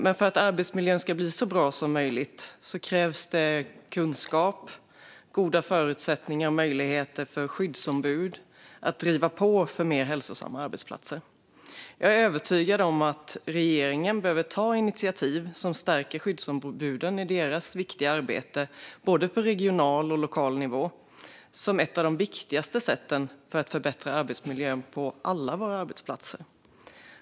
Men för att arbetsmiljön ska bli så bra som möjligt krävs det kunskap, goda förutsättningar och möjligheter för skyddsombud att driva på för mer hälsosamma arbetsplatser. Jag är övertygad om att regeringen behöver ta initiativ som stärker skyddsombuden i deras viktiga arbete på både regional och lokal nivå - det är ett av de viktigaste sätten att förbättra arbetsmiljön på alla våra arbetsplatser.